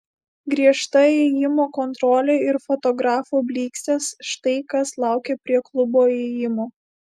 griežta įėjimo kontrolė ir fotografų blykstės štai kas laukė prie klubo įėjimo